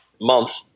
month